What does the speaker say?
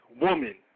woman